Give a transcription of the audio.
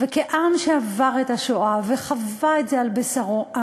וכעם שעבר את השואה וחווה את זה על בשרו,